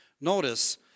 Notice